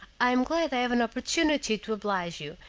i am glad i had an opportunity to oblige you,